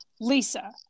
Lisa